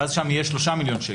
ואז שם יהיו 3 מיליון שקל.